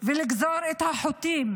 ולגזור את החוטים